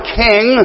king